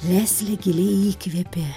leslė giliai įkvėpė